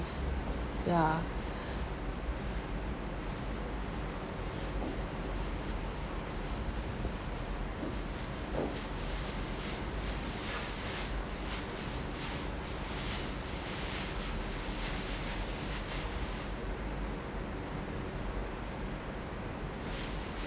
ya